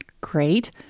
Great